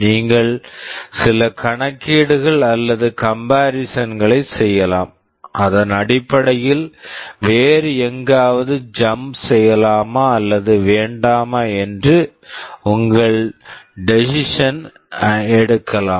நீங்கள் சில கணக்கீடுகள் அல்லது கம்பாரிசென் comparison களை செய்யலாம் அதன் அடிப்படையில் வேறு எங்காவது ஜம்ப் jump செய்யலாமா அல்லது வேண்டாமா என்று உங்கள் டெஸிஸன் decision ஐ எடுக்கலாம்